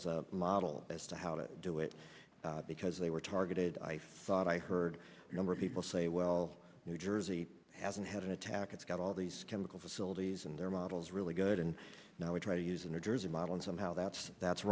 as a model as to how to do it because they were targeted i thought i heard a number of people say well you know jersey hasn't had an attack it's got all these chemical facilities and they're models really good and now we try to use a new jersey model and somehow that's that's